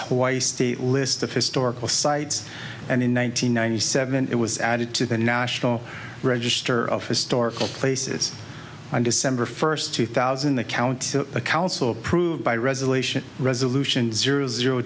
hawaii state list of historical sites and in one nine hundred ninety seven it was added to the national register of historical places on december first two thousand the county council approved by resolution resolution zero zero